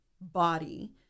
body